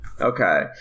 Okay